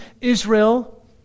Israel